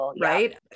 right